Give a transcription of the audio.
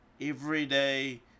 everyday